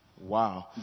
Wow